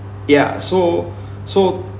ya so so